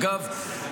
אגב,